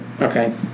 Okay